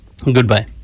goodbye